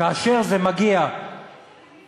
כאשר זה מגיע לפגיעה